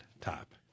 top